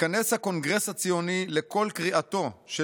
נתכנס הקונגרס הציוני לקול קריאתו של